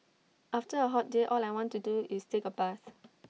after A hot day all I want to do is take A bath